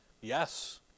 Yes